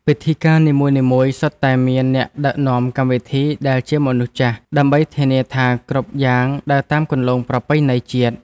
ពិធីការនីមួយៗសុទ្ធតែមានអ្នកដឹកនាំកម្មវិធីដែលជាមនុស្សចាស់ ដើម្បីធានាថាគ្រប់យ៉ាងដើរតាមគន្លងប្រពៃណីជាតិ។